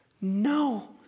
No